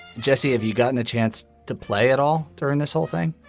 jesse, have you gotten a chance to play at all during this whole thing?